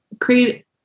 create